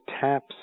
TAPS